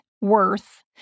worth